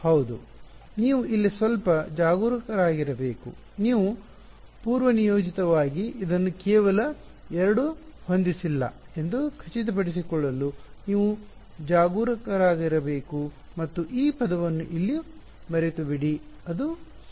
ಹೌದು ನೀವು ಇಲ್ಲಿ ಸ್ವಲ್ಪ ಜಾಗರೂಕರಾಗಿರಬೇಕು ನೀವು ಪೂರ್ವನಿಯೋಜಿತವಾಗಿ ಇದನ್ನು ಕೇವಲ 2 ಹೊಂದಿಸಿಲ್ಲ ಎಂದು ಖಚಿತಪಡಿಸಿಕೊಳ್ಳಲು ನೀವು ಜಾಗರೂಕರಾಗಿರಬೇಕು ಮತ್ತು ಈ ಪದವನ್ನು ಇಲ್ಲಿ ಮರೆತುಬಿಡಿ ಅದು ಸರಿ